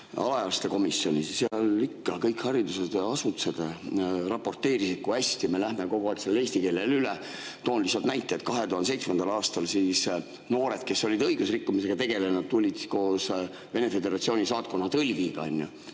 alaealiste komisjonis. Seal ikka kõik haridusasutused raporteerisid, kui hästi me läheme kogu aeg eesti keelele üle. Toon lihtsalt näite, et 2007. aastal noored, kes olid õiguserikkumisega tegelenud, tulid [komisjoni] koos Vene Föderatsiooni saatkonna tõlgiga.